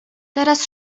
teraz